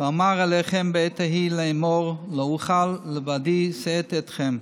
"ואֹמר אלכם בעת ההִוא לאמֹר לא אוכל לבדי שאת אתכם,